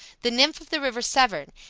the nymph of the river severn,